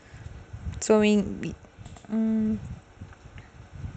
so we need to be mm